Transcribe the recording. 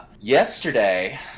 yesterday